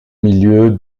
milieu